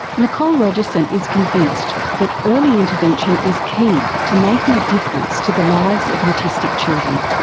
nicole rogerson is convinced that early intervention is key to making a difference to the lives of autistic children.